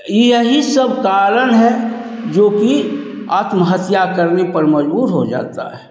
यही सब कारण है जो कि आत्महत्या करने पर मजबूर हो जाता है